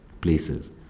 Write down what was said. places